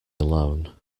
alone